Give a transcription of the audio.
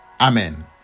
Amen